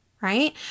right